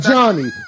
Johnny